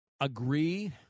agree